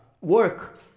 work